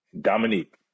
Dominique